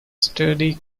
sturdy